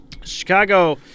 Chicago